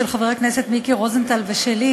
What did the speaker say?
של חבר הכנסת מיקי רוזנטל ושלי,